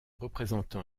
représentant